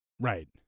Right